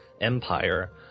Empire